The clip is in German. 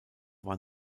war